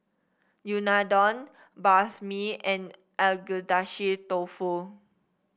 Unadon Banh Mi and Agedashi Dofu